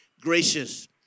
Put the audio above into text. gracious